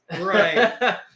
Right